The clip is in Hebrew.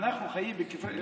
אנחנו חיים בכפרים,